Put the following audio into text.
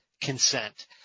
consent